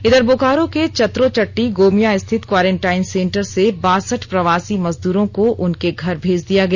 इघर बोकारो के चतरोचट्टी गोमिया स्थित क्वारेंटाइन सेंटर से बासठ प्रवासी मजदूरों को उनके घर भेज दिया गया